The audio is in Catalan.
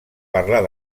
parlar